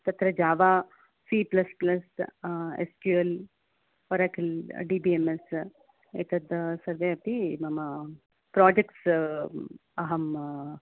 तत्र Java C plus plus S Q L Oracle D B M S एतद् सर्वे अपि मम प्रोजेक्ट्स् अहं